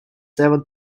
seven